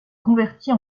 convertit